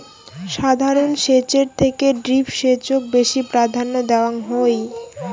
সাধারণ সেচের থেকে ড্রিপ সেচক বেশি প্রাধান্য দেওয়াং হই